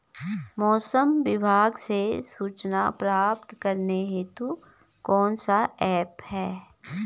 मौसम विभाग से सूचना प्राप्त करने हेतु कौन सा ऐप है?